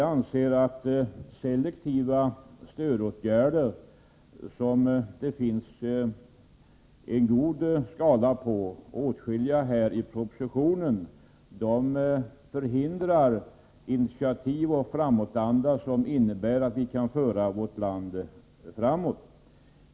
Vi anser att selektiva stödåtgärder, som det finns många exempel på i propositionen, förhindrar initiativ och framåtanda, som innebär att vi kan föra vårt land framåt.